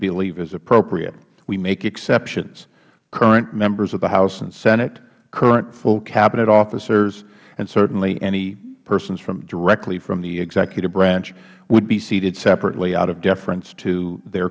believe is appropriate we make exceptions current members of the house and senate current full cabinet officers and certainly any persons directly from the executive branch would be seated separately out of deference to